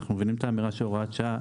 אנחנו מבינים את האמירה של הוראת שעה,